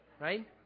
Right